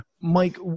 mike